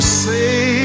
say